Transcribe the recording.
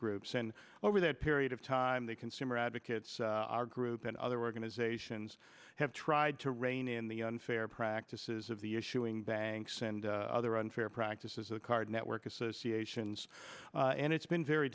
group send over that period of time the consumer advocates our group and other organizations have tried to rein in the unfair actresses of the issuing banks and other unfair practices the card network associations and it's been very